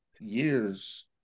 Years